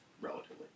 relatively